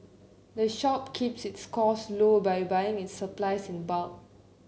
the shop keeps its costs low by buying its supplies in bulk